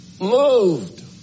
moved